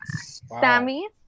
Sammy